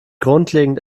grundlegend